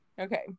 Okay